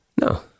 No